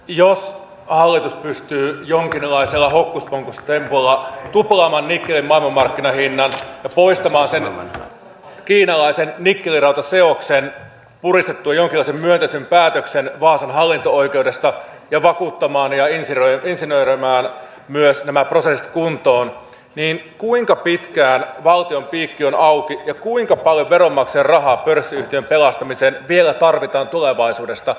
jos hallitus pystyy jonkinlaisella hokkuspokkustempulla tuplaamaan nikkelin maailmanmarkkinahinnan ja poistamaan sen kiinalaisen nikkelirautaseoksen puristamaan jonkinlaisen myönteisen päätöksen vaasan hallinto oikeudesta ja vakuuttamaan ja insinöröimään myös nämä prosessit kuntoon niin kuinka pitkään valtion piikki on auki ja kuinka paljon veronmaksajien rahaa pörssiyhtiön pelastamiseen vielä tarvitaan tulevaisuudessa